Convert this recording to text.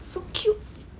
so cute